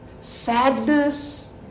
Sadness